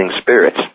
spirits